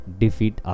defeat